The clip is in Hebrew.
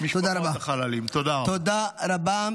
תודה רבה.